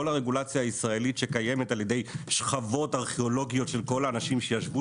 כל הרגולציה הישראל שקיימת על ידי שכבות ארכיאולוגיות של כל האנשים שישבו